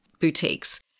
boutiques